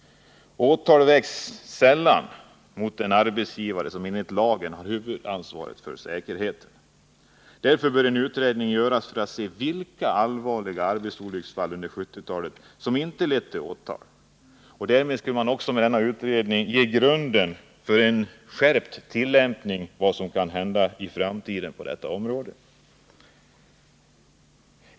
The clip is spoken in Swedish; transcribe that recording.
Åtal väcks sällan mot en arbetsgivare, som enligt lagen har huvudansvaret för säkerheten. Därför bör en utredning göras för att se vilka allvarliga arbetsolycksfall under 1970-talet som inte har lett till åtal. Med denna utredning skulle man också kunna lägga grunden för en skärpt tillämpning i framtiden av bestämmelserna på detta område.